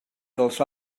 dels